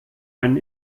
einen